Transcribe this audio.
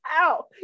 ow